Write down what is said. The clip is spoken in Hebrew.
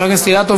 חבר הכנסת אילטוב,